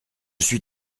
suis